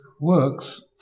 works